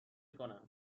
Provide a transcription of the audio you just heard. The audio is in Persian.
کنم